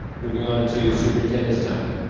moving onto superintendent's time.